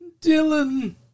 Dylan